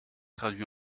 traduit